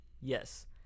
yes